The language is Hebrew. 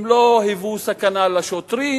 הם לא היוו סכנה לשוטרים,